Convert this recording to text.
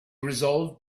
resolved